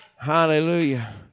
Hallelujah